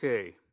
Okay